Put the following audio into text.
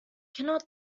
cannot